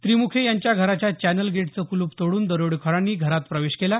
त्रिमुखे यांच्या घराच्या चॅनल गेटचे कुलूप तोडून दरोडेखोरांनी घरात प्रवेश केला